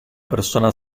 persona